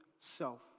self